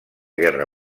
guerra